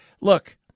Look